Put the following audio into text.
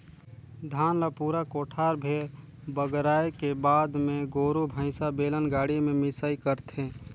धान ल पूरा कोठार भेर बगराए के बाद मे गोरु भईसा, बेलन गाड़ी में मिंसई करथे